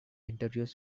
interviews